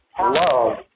love